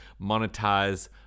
monetize